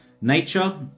Nature